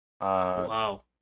Wow